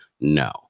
No